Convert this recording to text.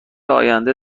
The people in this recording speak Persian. آینده